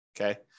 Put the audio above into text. Okay